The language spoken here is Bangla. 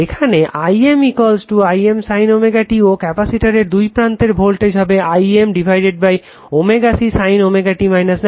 এখানে I I m sin ω t ও ক্যাপাসিটরের দুই প্রান্তের ভোল্টেজ হবে I m ω C sin ω t 90°